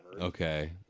Okay